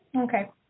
Okay